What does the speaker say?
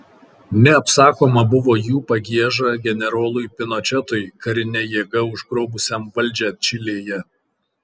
neapsakoma buvo jų pagieža generolui pinočetui karine jėga užgrobusiam valdžią čilėje